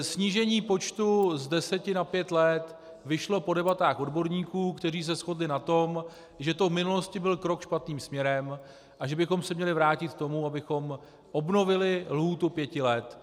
Snížení počtu z deseti na pět let vyšlo po debatách odborníků, kteří se shodli na tom, že to v minulosti byl krok špatným směrem a že bychom se měli vrátit k tomu, abychom obnovili lhůtu pěti let.